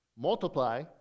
multiply